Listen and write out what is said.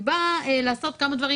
היא באה לעשות כמה דברים.